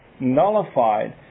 nullified